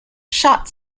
shot